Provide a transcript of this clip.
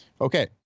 Okay